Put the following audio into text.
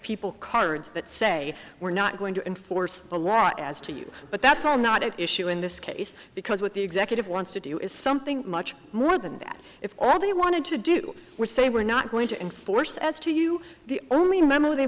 people cards that say we're not going to enforce a law as to you but that's all not at issue in this case because what the executive wants to do is something much more than that if all they wanted to do was say we're not going to enforce as to you the only member